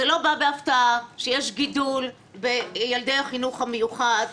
זה לא בא בהפתעה שיש גידול בילדי החינוך המיוחד,